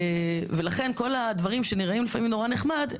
וכל הדברים שנראים לפעמים נורא נחמד,